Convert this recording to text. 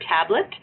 tablet